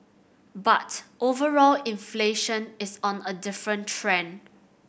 but overall inflation is on a different trend